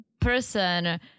person